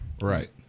Right